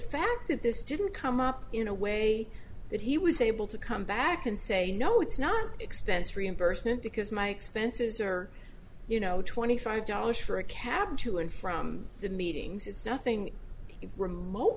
fact that this didn't come up in a way that he was able to come back and say you know it's not expense reimbursement because my expenses are you know twenty five dollars for a cab to and from the meetings it's nothing if remote